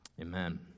Amen